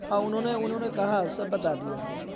ہاں انہوں نے انہوں نے کہا سب بتا دیا